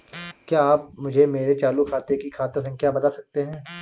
क्या आप मुझे मेरे चालू खाते की खाता संख्या बता सकते हैं?